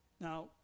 Now